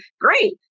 great